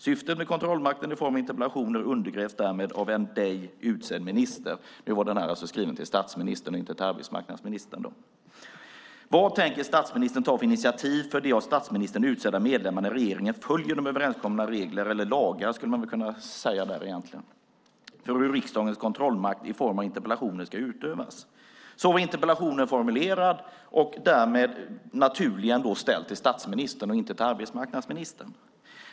Syftet med kontrollmakten i form av interpellationer undergrävs därmed av en av dig utsedd minister - det här var alltså skrivet till statsministern, inte till arbetsmarknadsministern. Vad tänker statsministern ta för initiativ för att de av statsministern utsedda medlemmarna av regeringen följer de överenskomna regler - eller lagar - för hur riksdagens kontrollmakt i form av interpellationer ska utövas? Så var interpellationen formulerad, och naturligen ställd till statsministern, inte till arbetsmarknadsministern.